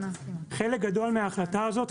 חלק גדול מההחלטה הזאת,